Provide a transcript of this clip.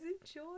enjoy